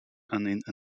and